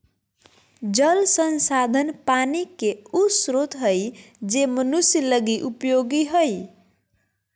जल संसाधन पानी के उ स्रोत हइ जे मनुष्य लगी उपयोगी हइ